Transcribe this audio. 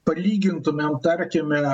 palygintumėm tarkime